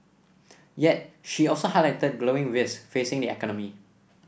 yet she also highlighted that growing risks facing the economy